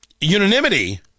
unanimity